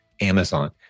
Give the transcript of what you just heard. Amazon